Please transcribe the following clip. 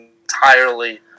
entirely